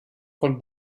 von